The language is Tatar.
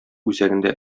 үзәгендә